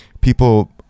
people